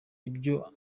ibyo